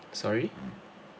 sorry